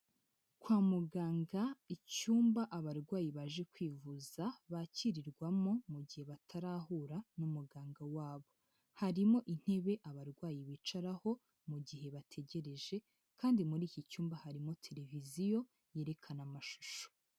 Kwa muganga icyumba abarwayi baje kwivuza bakirirwamo mu gihe batarahura n'umuganga wabo, harimo intebe abarwayi bicaraho mu gihe bategereje, kandi muri iki cyumba harimo televiziyo yerekana amashusho.